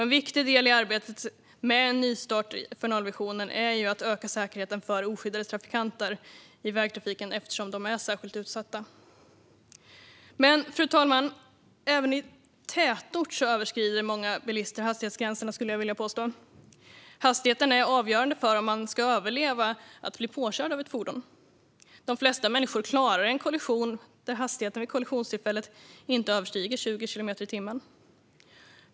En viktig del i arbetet med en nystart för nollvisionen är att öka säkerheten för oskyddade trafikanter i vägtrafiken eftersom de är särskilt utsatta. Fru talman! Även i tätort överskrider många bilister hastighetsgränserna, skulle jag vilja påstå. Hastigheten är avgörande för om man ska överleva att bli påkörd av ett fordon. De flesta människor klarar en kollision där hastigheten vid kollisionstillfället inte överstiger 20 kilometer i timmen.